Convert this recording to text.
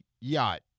yacht